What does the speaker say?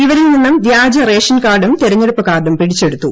ഇവരിൽ നിന്നും വ്യാജ റേഷൻ കാർഡും തെരഞ്ഞെടുപ്പ് കാർഡും പിടിച്ചെടുത്തു